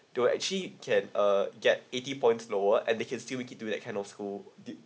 to actually can uh get eighty points lower and they can still it keep to that kind of school due